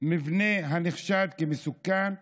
מבנה הנחשד כמסוכן,